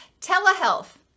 telehealth